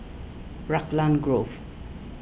Raglan Grove